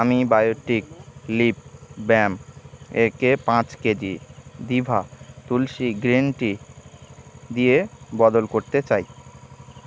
আমি biotic lip balm একে পাঁচ কেজি দিভা তুলসী গ্রিন টি দিয়ে বদল করতে চাই